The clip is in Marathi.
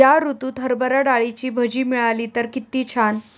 या ऋतूत हरभरा डाळीची भजी मिळाली तर कित्ती छान